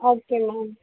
okay ma'am